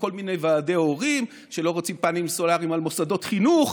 וכל מיני ועדי הורים לא רוצים פנלים סולריים על מוסדות חינוך,